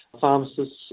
pharmacists